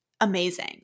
amazing